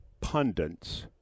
pundits